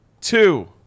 two